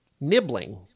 Nibbling